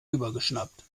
übergeschnappt